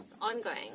Ongoing